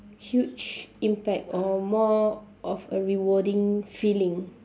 huge impact or more of a rewarding feeling